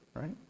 right